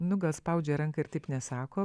nu gal spaudžia ranką ir taip nesako